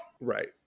Right